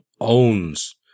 owns